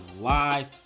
live